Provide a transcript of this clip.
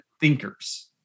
thinkers